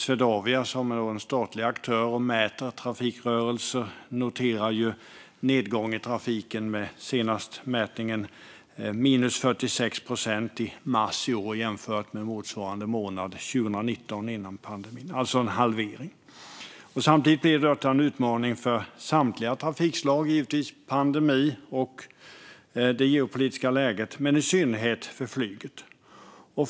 Swedavia, en statlig aktör som mäter trafikrörelser, noterar i den senaste mätningen en nedgång i trafiken med 46 procent från mars 2019, det vill säga före pandemin, till mars i år. Det är alltså nästan en halvering. Pandemin och det geopolitiska läget är givetvis en utmaning för samtliga trafikslag, men i synnerhet för flyget.